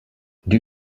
die